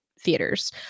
theaters